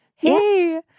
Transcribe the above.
Hey